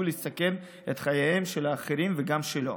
לסכן את חייהם של האחרים וגם שלו.